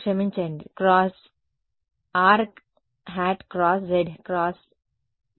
క్షమించండి cross rˆ× zˆ అని వ్రాయబడింది